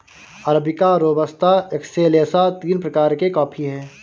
arabica robusta excelsa तीन प्रकार के कॉफी हैं